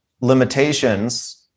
limitations